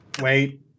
Wait